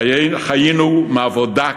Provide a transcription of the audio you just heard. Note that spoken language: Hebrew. חיינו מעבודה קשה.